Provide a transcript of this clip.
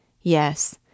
Yes